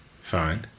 Fine